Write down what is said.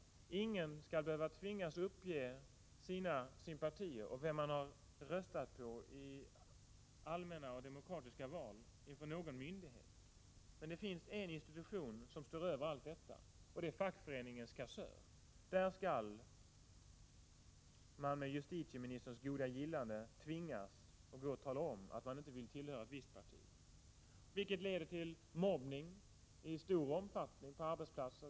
Ingen skall inför någon myndighet behöva tvingas uppge sina sympatier och vem man har röstat på i allmänna och demokratiska val. Men det finns en institution som står över allt detta, och det är fackföreningens kassör. Inför honom skall man, med justitieministerns gillande, tvingas tala om att man inte vill tillhöra ett visst parti, vilket leder till mobbning i stor omfattning på arbetsplatser.